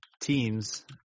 teams